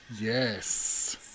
yes